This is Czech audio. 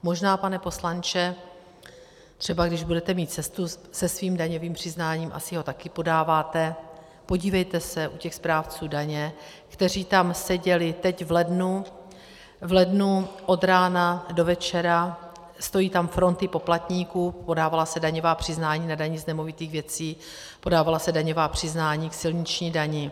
Možná, pane poslanče, třeba když budete mít cestu se svým daňovým přiznáním, asi ho také podáváte, podívejte se u těch správců daně, kteří tam seděli teď v lednu, v lednu od rána do večera, stojí tam fronty poplatníků, podávala se daňová přiznání na daně z nemovitých věcí, podávala se daňová přiznání k silniční dani.